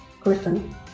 Griffin